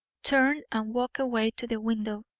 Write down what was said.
turned and walked away to the window.